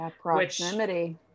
proximity